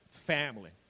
family